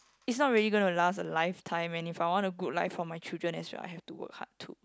is not really going to last a lifetime and if I want a good life for my children as well I have to work hard too